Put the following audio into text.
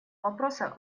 вопроса